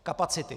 Kapacity.